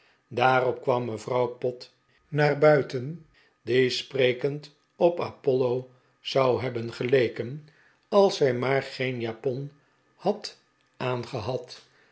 daarop kwam mevrouw pott naar buiten die sprekend op apollo zou hebben geleken als zij maar geen japon had aangehad